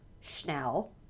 Schnell